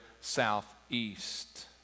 southeast